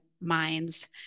minds